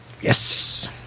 Yes